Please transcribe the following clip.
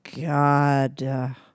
God